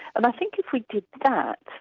and i think if we did that,